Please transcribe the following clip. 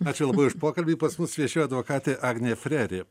ačiū labai už pokalbį pas mus viešėjo advokatė agnė freri